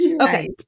Okay